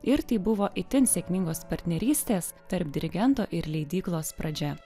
ir tai buvo itin sėkmingos partnerystės tarp dirigento ir leidyklos pradžia